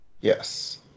Yes